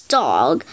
dog